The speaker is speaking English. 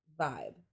vibe